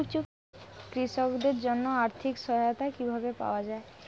কৃষকদের জন্য আর্থিক সহায়তা কিভাবে পাওয়া য়ায়?